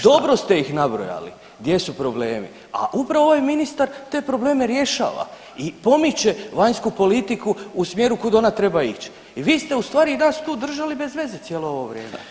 Dobro ste ih nabrojali gdje su problemi, a upravo ovaj ministar te probleme rješava i pomiče vanjsku politiku u smjeru kud ona treba ić i vi ste u stvari i nas tu držali bez veze cijelo ovo vrijeme.